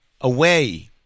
away